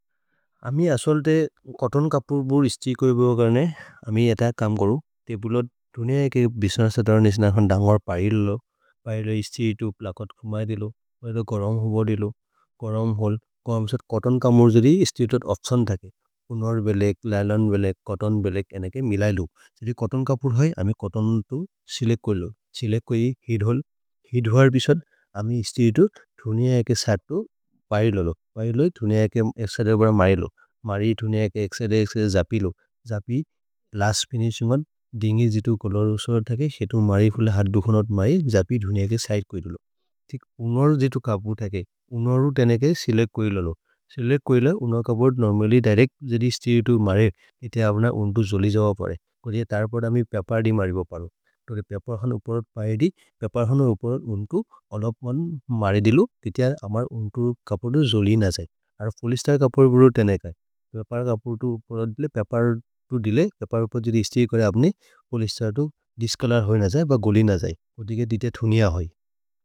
अमि असोल् ते कोतोन् कपुर् बुर् इस्ति कोए बो गने, अमि अथे कम् गोरो। ते बुलोत् दुनिअ एक् एक् बुसिनेस्स् अतर्निस् न हन्न् दमर् पैले लु, पैले लु इस्ति इतु प्लकत् कुमद् लु। पैले लु गरम् हुबो दिलो, गरम् हल्, कोम्से कोतोन् कमुर् जरि इस्ति इतुत् ओप्तिओन् दके, पुनर् बेलेक्। ललोन् बेलेक्, कोतोन् बेलेक् एन्नेके मिलैलु। अमि कोतोन् कपुर् है, अमि कोतोन् तु सेलेक् कोए लु, सेलेक् कोए हिद् होल्, हिद् हुअर् बिसल्। अमि इस्ति इतु दुनिअ एक् सत्तो पैले लु, पैले लु, दुनिअ एक् एक्सदे ब्र मिलैलु। मरि दुनिअ एक् एक्सदे एक्सदे जपिलो, जपि लस्त् फिनिशिन्ग् मन्, दिन्गि जितु कोलोर् उसोर् दके। हितु मरिफुले हर् दुखोनत् मै, जपि दुनिअ एक् सिदे कोए लु। उन्वरु जितु कपुर् दके, उन्वरु तेनेके सेलेक् कोए लु लु, सेलेक् कोए लु। उनर् कपुर् नोर्मलि दिरेक् जरि इस्ति इतु मरि, इते अबन उन्तु जोलि जबो परे। कोर् ये तरपोद् अमि पपेर् दि मरि बो परो, तोगे पपेर् हन् उपोर् पैदि। पपेर् हन् उपोर् उन्तु अलप् मन् मरि दिलु, इते अमर् उन्तु कपुर् दु जोलि न जै। पोलिश्तर् कपुर् दु तेनेके, पपेर् कपुर् दु ले पपेर् दु दिलु। पपेर् पैदि जिति कोए अबनि पोलिश्तर् दु दिस्कोलर् होइ न जै ब गोलि न जै, ओदिगे दिते दुनिअ होइ।